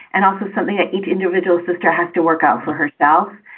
and also something that each individual sister has to work out for herself.